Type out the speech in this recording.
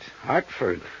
Hartford